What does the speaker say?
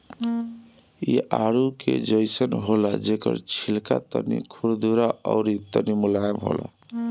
इ आडू के जइसन होला जेकर छिलका तनी खुरदुरा अउरी तनी मुलायम होला